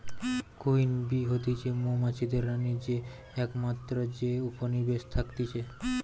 queen bee হতিছে মৌমাছিদের রানী যে একমাত্র যে উপনিবেশে থাকতিছে